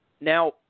Now